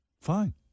Fine